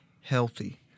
healthy